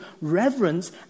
reverence